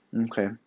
Okay